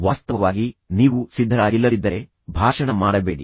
ವಾಸ್ತವವಾಗಿ ನೀವು ಸಿದ್ಧರಾಗಿಲ್ಲದಿದ್ದರೆ ಭಾಷಣ ಮಾಡಬೇಡಿ